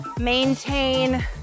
maintain